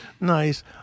Nice